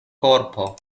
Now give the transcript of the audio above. korpo